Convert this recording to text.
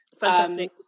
Fantastic